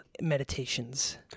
meditations